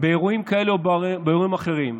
באירועים כאלה או באירועים אחרים,